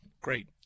Great